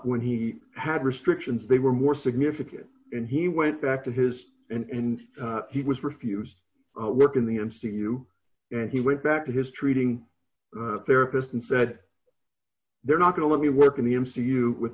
when he had restrictions they were more significant and he went back to his and he was refused work in the m c u and he went back to his treating therapist and said they're not going to let me work in the m c u with